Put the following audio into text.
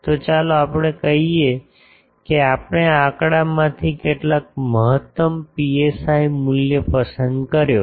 તો ચાલો આપણે કહીએ કે આપણે આ આંકડા માંથી કેટલાક મહત્તમ પીએસઆઇ મૂલ્ય પસંદ કર્યો છે